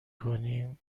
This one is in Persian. کنی